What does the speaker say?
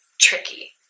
tricky